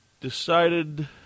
decided